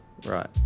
Right